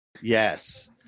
Yes